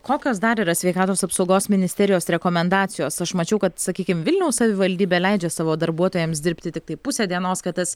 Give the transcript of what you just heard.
kokios dar yra sveikatos apsaugos ministerijos rekomendacijos aš mačiau kad sakykim vilniaus savivaldybė leidžia savo darbuotojams dirbti tiktai pusę dienos kad tas